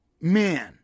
man